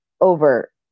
over